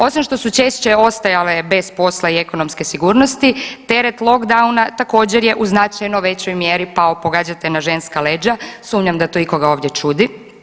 Osim što su češće ostajale bez posla i ekonomske sigurnosti teret lockdowna također je u značajno većoj mjeri pao, pogađate na ženske leđa, sumnjam da to ikoga ovdje čudi.